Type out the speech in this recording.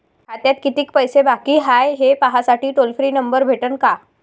खात्यात कितीकं पैसे बाकी हाय, हे पाहासाठी टोल फ्री नंबर भेटन का?